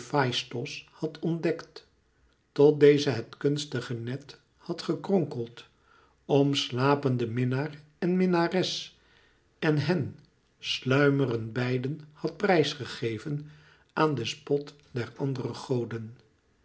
had ontdekt tot deze het kunstige net had gekronkeld om slapende minnaar en minnares en hen sluimerend beiden had prijs gegeven aan den spot der andere goden